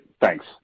thanks